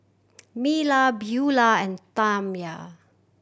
Myla Beula and Tamya